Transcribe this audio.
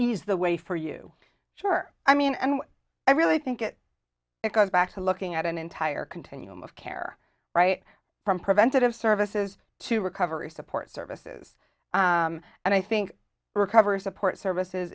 eased the way for you sure i mean and i really think that it goes back to looking at an entire continuum of care right from preventative services to recovery support services and i think recovery support services